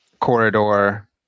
corridor